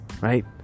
right